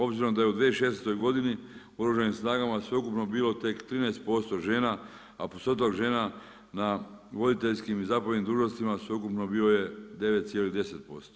Obzirom da je u 2016. godini, oružanim snagama sveukupno bilo tek 13% žena, a postotak žena na voditeljski i zapovjednim dužnostima, sveukupno bio je 9,10%